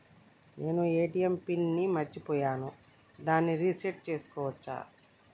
నేను ATM pin ని మరచిపోయాను దాన్ని రీ సెట్ చేసుకోవచ్చా?